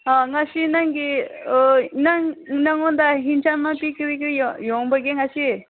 ꯑꯥ ꯉꯁꯤ ꯅꯪꯒꯤ ꯑꯣꯏ ꯅꯪ ꯅꯉꯣꯟꯗ ꯌꯦꯟꯁꯥꯡ ꯅꯥꯄꯤ ꯀꯔꯤ ꯀꯔꯤ ꯌꯣꯟꯕꯒꯦ ꯉꯁꯤ